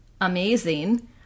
amazing